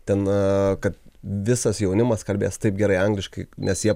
ten kad visas jaunimas kalbės taip gerai angliškai nes jie